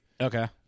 okay